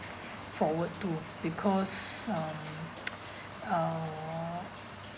forward to because um uh